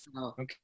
Okay